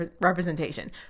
representation